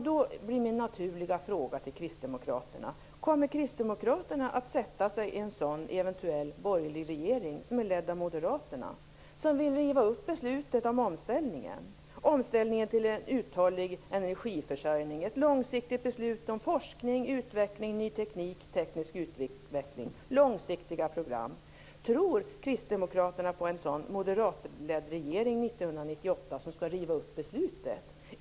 Då blir min naturliga fråga till Kristdemokraterna: Kommer Kristdemokraterna att sätta sig i en eventuell borgerlig regering, ledd av Moderaterna, som vill riva upp beslutet om omställning till en uthållig energiförsörjning - ett långsiktigt beslut om forskning, utveckling, ny teknik, teknisk utveckling och långsiktiga program? Tror Kristdemokraterna på en sådan moderatledd regering 1998 som skall riva upp beslutet?